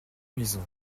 maisons